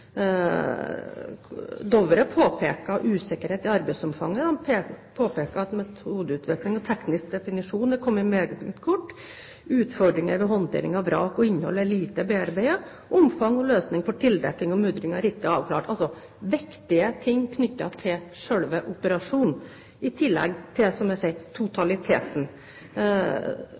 Dovre påpeker usikkerhet i arbeidsomfanget, de påpeker at metodeutvikling og teknisk definisjon er kommet meget kort, utfordringer og håndtering av vrak og innhold er lite bearbeidet, og omfang og løsning for tildekking og mudring er ikke avklart – viktige ting knyttet til selve operasjonen i tillegg til, som jeg sier, totaliteten.